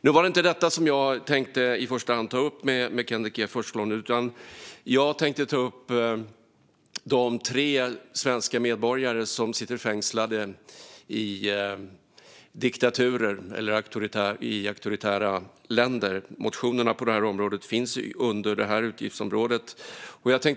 Nu var det inte detta som jag i första hand tänkte ta upp med Kenneth G Forslund, utan jag tänkte ta upp de tre svenska medborgare som sitter fängslade i diktaturer eller i auktoritära länder. Motionerna på det området finns under detta utgiftsområde.